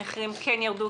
הם כן ירדו.